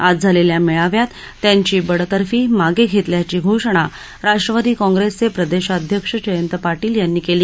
आज झालेल्या मेळाव्यात त्यांची बडतर्फी मागे घेतल्याची घोषणा राष्ट्रवादी कॉग्रेसचे प्रदेशाध्यक्ष जयंत पार्टील यांनी केली